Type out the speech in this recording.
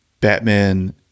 Batman